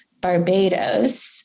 Barbados